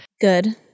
Good